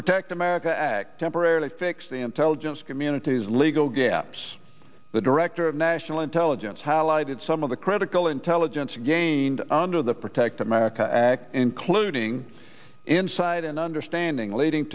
protect america act temporarily fix the intelligence community's legal gaps the director of national intelligence highlighted some of the critical intelligence gained under the protect america act including inside an understanding leading